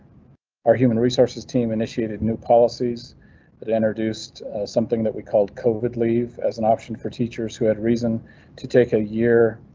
our human resources team initiated new policies but introduced something that we called covid leave as an option for teachers who had reason to take a year.